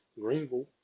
Greenville